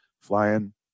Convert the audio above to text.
flying